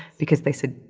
because they said.